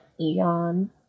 Eon